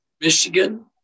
Michigan